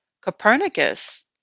Copernicus